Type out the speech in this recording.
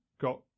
got